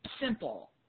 simple